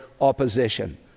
opposition